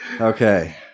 Okay